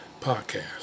podcast